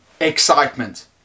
excitement